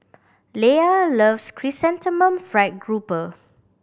Leia loves Chrysanthemum Fried Grouper